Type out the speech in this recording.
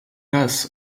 raz